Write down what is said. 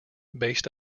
based